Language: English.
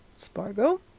Spargo